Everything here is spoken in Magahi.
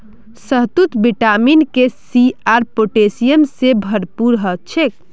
शहतूत विटामिन के, सी आर पोटेशियम से भरपूर ह छे